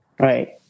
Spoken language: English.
Right